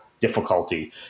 difficulty